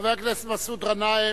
חבר הכנסת מסעוד גנאים,